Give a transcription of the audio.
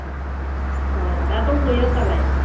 उम अ दा दंथ'यो होमबालाय